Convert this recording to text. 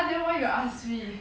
cause I suddenly remember